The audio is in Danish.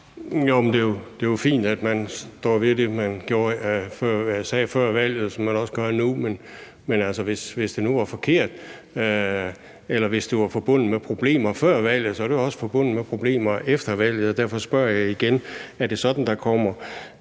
Det er jo fint, at man står ved det, man sagde før valget, og som man også gør nu, men hvis det nu var forkert, eller hvis det var forbundet med problemer før valget, er det jo også forbundet med problemer efter valget, og derfor spørger jeg igen: Er det sådan, at der kommer